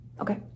Okay